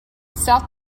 south